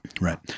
right